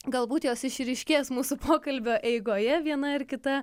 galbūt jos išryškės mūsų pokalbio eigoje viena ir kita